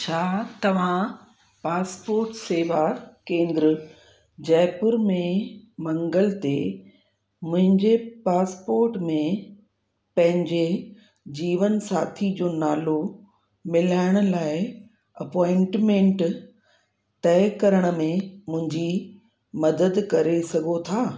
छा तव्हां पासपोर्ट शेवा केंद्र जयपुर में मंगल ते मुंहिंजे पासपोर्ट में पंहिंजे जीवनसाथी जो नालो मिलाइण लाइ अपॉइंटमेंट तइ करण में मुंहिंजी मदद करे सघो था